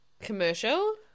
Commercial